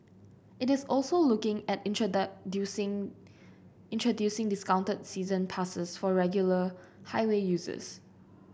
it is also looking at introducing discounted season passes for regular highway users